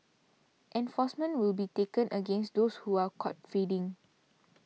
enforcement will be taken against those who are caught feeding